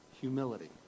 humility